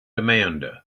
amanda